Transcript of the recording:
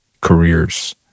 careers